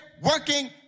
working